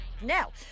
Now